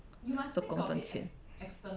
做工赚钱